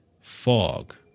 fog